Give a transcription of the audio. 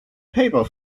paper